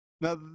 Now